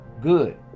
Good